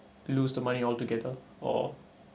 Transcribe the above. lose the money altogether or